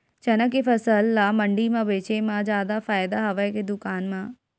चना के फसल ल मंडी म बेचे म जादा फ़ायदा हवय के दुकान म?